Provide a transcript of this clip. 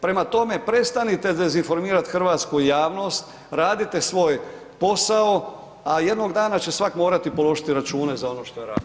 Prema tome, prestanite dezinformirat hrvatsku javnost, radite svoj posao, a jednog dana svak će morati položiti račune za ono što je radio.